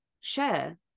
share